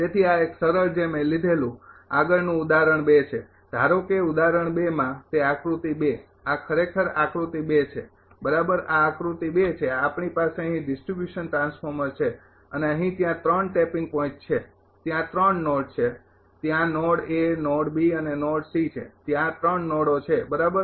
તેથી આ એક સરળ છે જે મેં લીધેલું આગળનું ઉદાહરણ ૨ છે ધારો કે ઉદાહરણ ૨માં તે આકૃતિ ૨ આ ખરેખર આકૃતિ ૨ છે બરાબર આ આકૃતિ ૨ છે આપણી પાસે અહીં ડિસ્ટ્રીબ્યુશન ટ્રાન્સફોર્મર છે અને અહીં ત્યાં ૩ ટેપીંગ પોઇન્ટ છે ત્યાં ૩ નોડ છે ત્યાં નોડ નોડ અને નોડ છે ત્યાં ૩ નોડો છે બરાબર